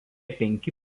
penki